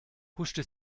huschte